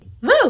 Woo